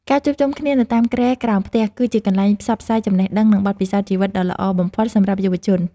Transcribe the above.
ការជួបជុំគ្នានៅតាមគ្រែក្រោមផ្ទះ គឺជាកន្លែងផ្សព្វផ្សាយចំណេះដឹងនិងបទពិសោធន៍ជីវិតដ៏ល្អបំផុតសម្រាប់យុវជន។